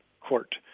court